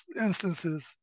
instances